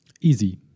Easy